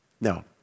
No